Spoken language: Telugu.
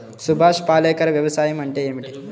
సుభాష్ పాలేకర్ వ్యవసాయం అంటే ఏమిటీ?